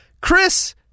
Chris